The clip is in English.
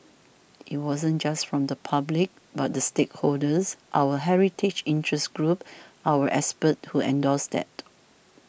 it wasn't just from the public but the stakeholders our heritage interest groups our experts who endorsed that